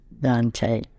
Dante